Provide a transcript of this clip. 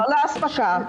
לא לאספקה.